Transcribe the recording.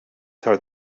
their